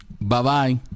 Bye-bye